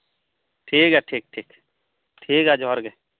ᱴᱷᱤᱠᱜᱮᱭᱟ ᱴᱷᱤᱠ ᱴᱷᱤᱠ ᱴᱷᱤᱠᱜᱮᱭᱟ ᱡᱚᱦᱟᱨ ᱜᱮ